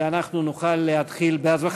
ונוכל להתחיל בהצבעה.